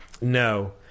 no